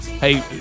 Hey